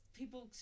people